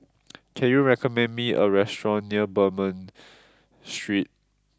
can you recommend me a restaurant near Bernam Street